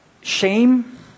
shame